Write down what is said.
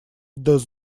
does